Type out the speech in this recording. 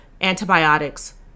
antibiotics